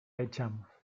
echamos